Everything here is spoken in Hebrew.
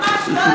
ממש כל הכבוד.